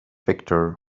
victor